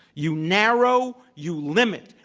you narrow, you limit,